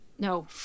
No